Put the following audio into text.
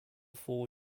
four